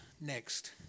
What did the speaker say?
next